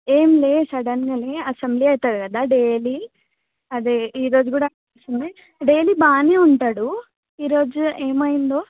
ఏం లే సడన్గానే అసెంబ్లీ అవుతుంది కదా డైలీ అదే ఈ రోజు కూడా డైలీ బాగానే ఉంటాడు ఈ రోజు ఏమయిందో